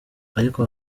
ariko